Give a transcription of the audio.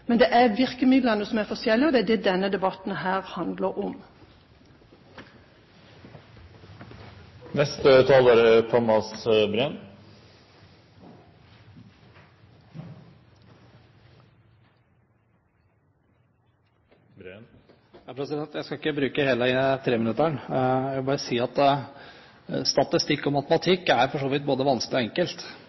men det er virkemidlene som er forskjellige. Det er det denne debatten handler om. Jeg skal ikke bruke hele min taletid på 3 minutter. Jeg vil bare si at statistikk og matematikk er for så vidt både vanskelig og enkelt,